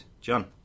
John